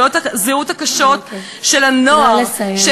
בעיות הזהות הקשות של הנוער,